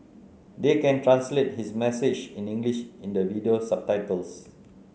they can translate his message in English in the video subtitles